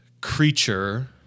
creature